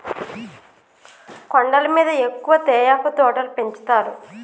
కొండల మీద ఎక్కువ తేయాకు తోటలు పెంచుతారు